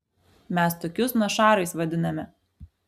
mes tokius našarais vadiname